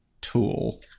tool